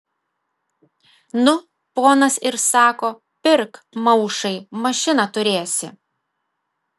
nu ponas ir sako pirk maušai mašiną turėsi